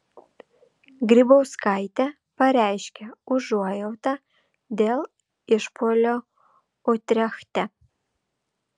grybauskaitė pareiškė užuojautą dėl išpuolio utrechte